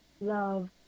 love